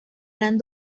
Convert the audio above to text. gran